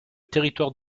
territoire